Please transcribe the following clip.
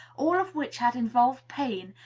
all of which had involved pain,